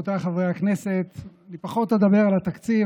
רבותיי חברי הכנסת, אני פחות אדבר על התקציב.